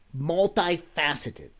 multifaceted